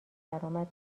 درآمد